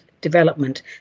development